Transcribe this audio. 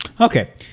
Okay